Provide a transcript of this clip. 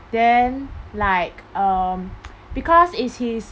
then like um because it's his